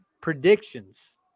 predictions